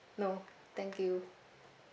no thank you